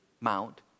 mount